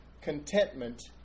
contentment